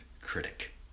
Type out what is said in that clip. critic